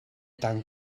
tan